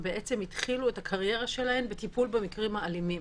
התחילו את הקריירה שלהם בטיפול במקרים האלימים,